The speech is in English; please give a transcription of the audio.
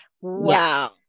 wow